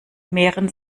mehren